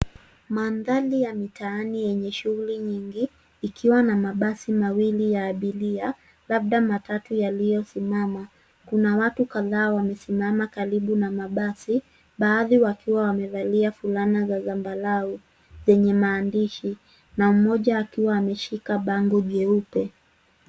Mandhari ya mitaani yenye shughuli nyingi ikiwa na mabasi mawili ya abiria labda matatu yaliyosimama. Kuna watu kadhaa wamesimama karibu na mabasi baadhi wakiwa wamevalia fulana za zambarau zenye maandishi na mmoja akiwa ameshika bango jeupe.